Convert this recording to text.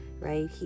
right